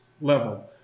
Level